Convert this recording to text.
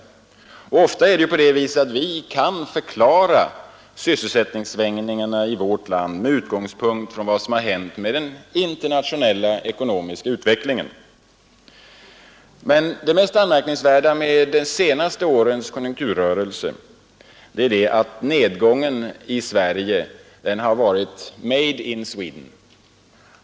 Ofta kan vi förklara sysselsättningssvängningarna i vårt land med utgångspunkt i vad som har hänt med den internationella ekonomiska utvecklingen. Men det mest anmärknings värda med de senaste årens konjunkturrörelse är att nedgången i Sverige har varit ”made in Sweden”.